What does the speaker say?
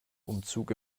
umzug